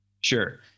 Sure